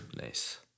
Nice